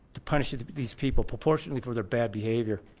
to punish these people proportionately for their bad behavior